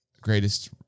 greatest